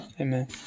amen